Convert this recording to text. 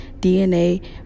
DNA